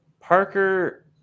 Parker